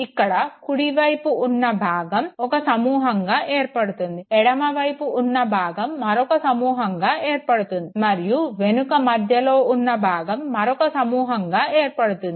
ఇక్కడ కుడివైపు ఉన్న భాగం ఒక సమూహంగా ఏర్పడుతుంది ఎడమ వైపు ఉన్న భాగం మరొక సమూహంగా ఏర్పడుతుంది మరియు వెనుక మధ్యలో ఉన్న భాగం మరొక సమూహంగా ఏర్పడుతుంది